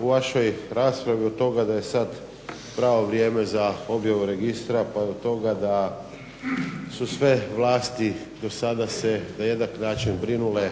u vašoj raspravi od toga da je sad pravo vrijeme za objavu registra, pa od toga da su sve vlasti do sada se na jednak način brinule